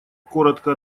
коротко